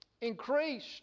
increased